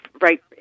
right